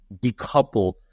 decouple